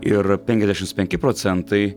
ir penkiasdešimts penki procentai